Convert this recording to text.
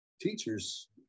teachers